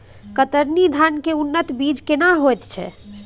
कतरनी धान के उन्नत बीज केना होयत छै?